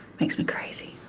makes me crazy.